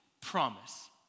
promise